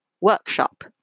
workshop